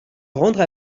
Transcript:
rendre